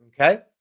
Okay